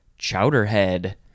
chowderhead